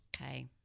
Okay